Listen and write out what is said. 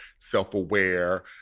self-aware